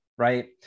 Right